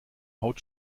haut